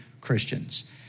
Christians